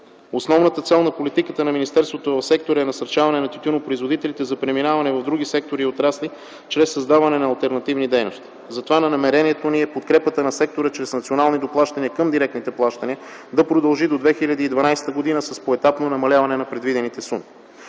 Основната цел на политиката на министерството в сектора е насърчаване на тютюнопроизводителите за преминаване в други сектори и отрасли чрез създаване на алтернативни дейности. Затова намерението ни е подкрепата на сектора чрез национални доплащания към директните плащания да продължи до 2012 г. с поетапно намаляване на предвидените суми.